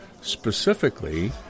specifically